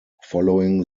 following